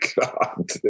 God